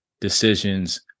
decisions